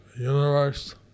Universe